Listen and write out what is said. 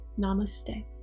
Namaste